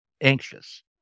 anxious